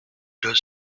deux